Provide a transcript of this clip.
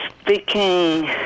speaking